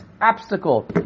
obstacle